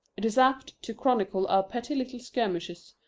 it is apt to chronicle our petty little skirmishes,